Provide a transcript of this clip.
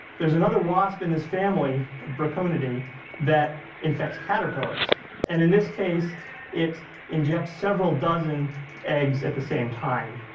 there's another wasp in this family braconidae that infects caterpillars and in this case it injects several dozen eggs at the same time.